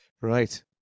Right